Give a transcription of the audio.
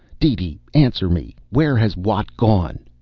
deedee, answer me where has watt gone?